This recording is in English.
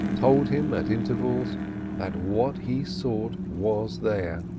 told him at intervals that what he sought was there,